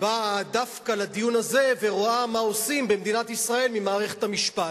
באה דווקא לדיון הזה ורואה מה עושים במדינת ישראל ממערכת המשפט.